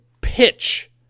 pitch